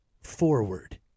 forward